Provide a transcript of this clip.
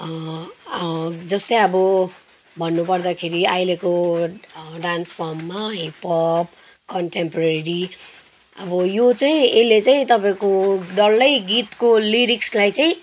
जस्तै अब भन्नुपर्दाखेरि अहिलेको डान्स फर्ममा हिपप कन्टेम्पोरेरी अब यो चाहिँ यसले चाहिँ तपाईँको डल्लै गीतको लिरिक्सलाई चाहिँ